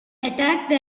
attacked